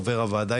חבר הוועדה,